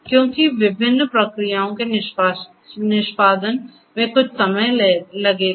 क्योंकि विभिन्न प्रक्रियाओं के निष्पादन में कुछ समय लगेगा